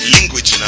Language